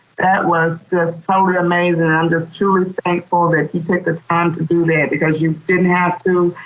that was just totally amazin'. i'm just truly thankful that you took the time to do that because you didn't have to.